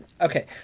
Okay